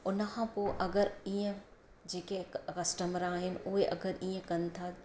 उनखां पोइ अगरि इअं जेके अ कस्टमर आहिनि उहे अगरि इएं कनि था